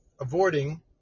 avoiding